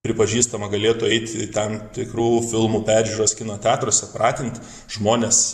pripažįstama galėtų eit į tam tikrų filmų peržiūras kino teatruose pratint žmones